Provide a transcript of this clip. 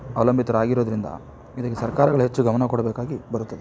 ಅವಲಂಬಿತರಾಗಿರೋದರಿಂದ ಇದಕ್ಕೆ ಸರ್ಕಾರಗಳು ಹೆಚ್ಚು ಗಮನ ಕೊಡಬೇಕಾಗಿ ಬರುತ್ತದೆ